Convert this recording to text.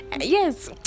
Yes